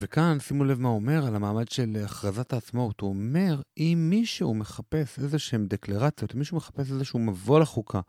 וכאן שימו לב מה אומר על המעמד של הכרזת העצמאות. הוא אומר, אם מישהו מחפש איזה שהם דקלרציות, אם מישהו מחפש איזה שהוא מבוא לחוקה...